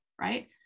right